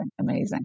amazing